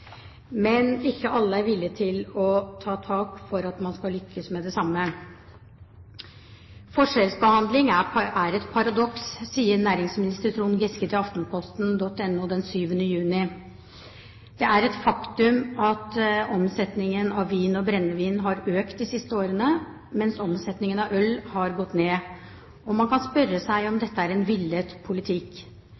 Men ikke alle er villige til å ta tak for at man skal lykkes med det samme. «Forskjellsbehandling er et paradoks», står det i et intervju med næringsminister Trond Giske i aftenposten.no den 7. juni. Det er et faktum at omsetningen av vin og brennevin har økt de siste årene, mens omsetningen av øl har gått ned. Man kan spørre seg om